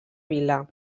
vila